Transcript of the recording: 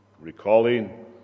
recalling